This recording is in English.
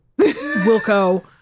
Wilco